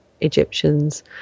Egyptians